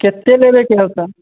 कतेक लेबयके हौ तऽ